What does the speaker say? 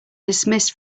dismissed